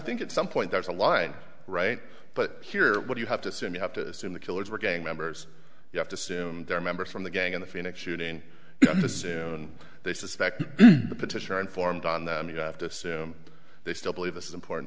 think at some point there's a line right but here what you have to assume you have to assume the killers were gang members you have to soon their members from the gang in the phoenix shooting to soon they suspect the petitioner informed on them you have to assume they still believe this is important